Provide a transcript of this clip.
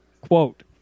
Quote